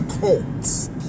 cults